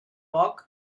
poc